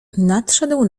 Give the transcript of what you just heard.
nadszedł